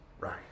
Right